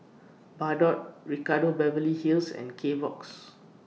Bardot Ricardo Beverly Hills and Kbox